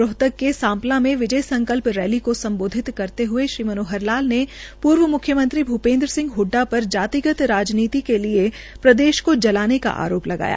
रोहतक में सांधला में विजय संकल्प रैली को सम्बोधित करते हये श्री मनोहर लाल ने पूर्व मुख्यमंत्री भूपेन्द्र सिंह हडडा र जातिगत राजनीति के लिये प्रदेश को जलाने का आरो लगाया